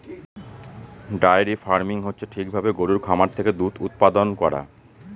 diary farming হচ্ছে ঠিক ভাবে গরুর খামার থেকে দুধ উৎপাদান করা